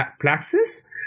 plexus